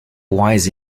wise